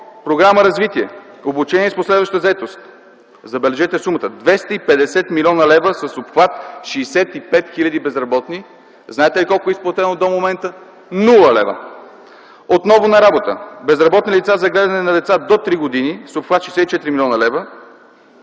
Програма „Развитие, обучение с последваща заетост” – забележете сумата – 250 млн. лв. с обхват 65 хил. безработни. Знаете ли колко е изплатено до момента? Нула лева. „Отново на работа” – безработни лица за гледане на деца до три години с обхват 64 млн. лв.,